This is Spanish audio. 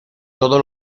todo